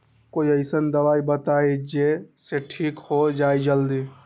कोई अईसन दवाई बताई जे से ठीक हो जई जल्दी?